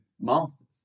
master's